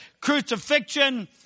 crucifixion